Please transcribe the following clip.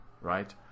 Right